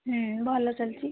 ଭଲ ଚାଲିଛି